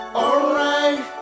alright